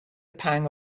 pang